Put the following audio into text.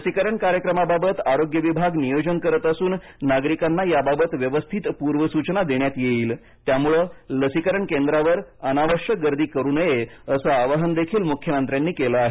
लसीकरण कार्यक्रमाबाबत आरोग्य विभाग नियोजन करीत असून नागरिकांना याबाबत व्यवस्थित पूर्वसूचना देण्यात येईल त्यामुळे लसीकरण केंद्रांवर अनावश्यक गर्दी करू नये असं आवाहनदेखील मुख्यमंत्र्यांनी केलं आहे